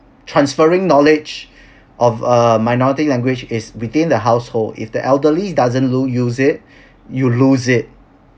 transferring knowledge of a minority language is within the household if the elderly doesn't lo~ use it you lose it